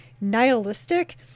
nihilistic